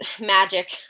magic